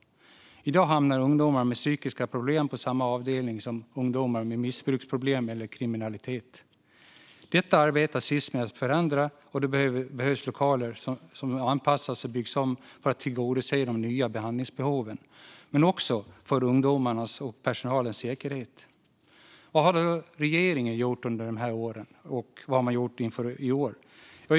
I dag hamnar ungdomar med psykiska problem på samma avdelning som ungdomar med missbruksproblem eller kriminalitet. Detta arbetar Sis med att förändra, och då behöver lokaler anpassas och byggas om för att tillgodose de nya behandlingsbehoven, men också för ungdomarnas och personalens säkerhet. Vad har då regeringen gjort under dessa år, och vad har man gjort inför detta år?